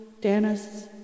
Dennis